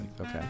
Okay